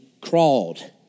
crawled